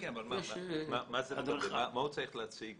מה הוא צריך להציג?